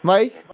Mike